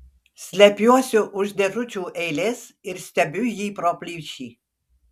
slepiuosi už dėžučių eilės ir stebiu jį pro plyšį